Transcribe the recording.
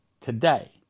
today